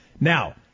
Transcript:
Now